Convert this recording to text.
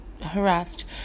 harassed